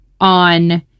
on